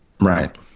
Right